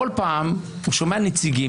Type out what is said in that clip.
בכל פעם הוא שומע נציגים,